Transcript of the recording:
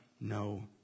no